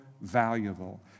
valuable